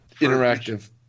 Interactive